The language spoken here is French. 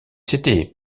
c’était